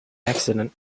accident